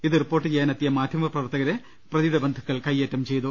ഇത് റിപ്പോർട്ട് ചെയ്യാനെത്തിയ മാധ്യമപ്രവർത്തകരെ പ്രതി യുടെ ബന്ധുക്കൾ കയ്യേറ്റം ചെയ്തു